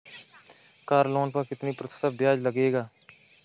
Car loan पर कितने प्रतिशत ब्याज लगेगा?